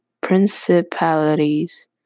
principalities